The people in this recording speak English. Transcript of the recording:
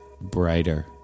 brighter